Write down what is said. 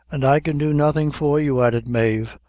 and i can do nothing for you! added mave,